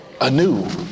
anew